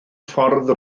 ffordd